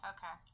Okay